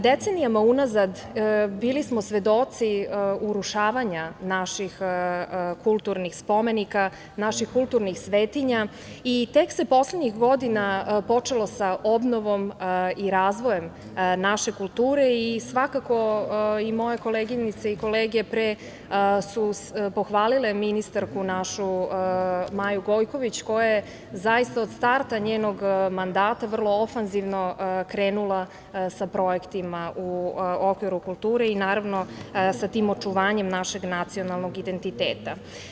Decenijama unazad bili smo svedoci urušavanja naših kulturnih spomenika, naših kulturnih svetinja i tek se poslednjih godina počelo sa obnovom i razvojem naše kulture i svakako i moje koleginice i kolege pre su pohvalile ministarku našu, Maju Gojković, koja je zaista od starta njenog mandata vrlo ofanzivno krenula sa projektima u okviru kulture i naravno sa tim očuvanjem našeg nacionalnog identiteta.